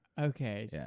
Okay